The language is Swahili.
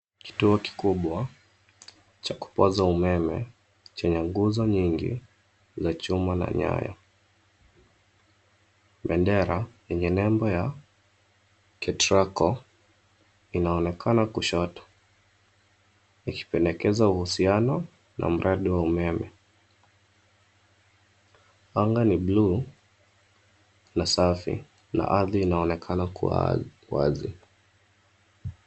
Kituo kikubwa cha kupaza umeme chenye nguzo nyingi za chuma na nyaya. Bendera yenye nembo ya Ketraco inaonekana kushoto ikipendekeza uhusiano na mradi wa umeme. Anga ni blue na safi na ardhi inaonekana kuwa wazi.